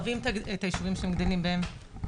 מגיע להם חשמל,